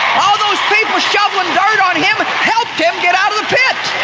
all those people shoveling dirt on him helped him get out of the pit.